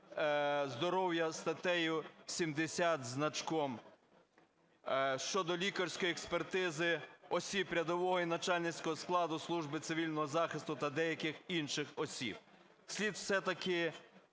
здоров'я, статтею 70 зі значком, щодо лікарської експертизи осіб рядового і начальницького складу служби цивільного захисту та деяких інших осіб. Слід все-таки